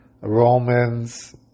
Romans